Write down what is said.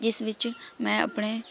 ਜਿਸ ਵਿੱਚ ਮੈਂ ਆਪਣੇ